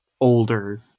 older